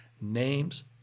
names